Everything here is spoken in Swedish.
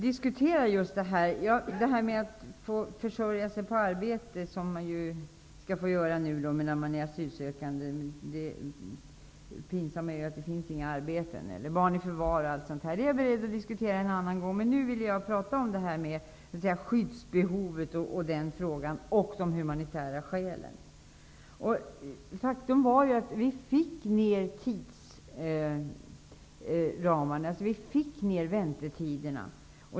Detta med att man skall få försörja sig på arbete medan man är asylsökande -- det pinsamma är att det inte finns några arbeten -- eller frågan om barn i förvar och sådant är jag beredd att diskutera en annan gång. Men nu vill jag prata om skyddsbehov och de humanitära skälen. Faktum är att vi fick ner tidsramarna och väntetiderna.